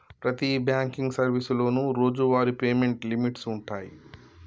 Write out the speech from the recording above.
ప్రతి బాంకింగ్ సర్వీసులోనూ రోజువారీ పేమెంట్ లిమిట్స్ వుంటయ్యి